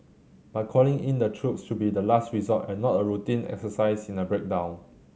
but calling in the troops should be the last resort and not a routine exercise in a breakdown